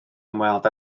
ymweld